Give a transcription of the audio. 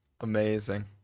Amazing